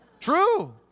True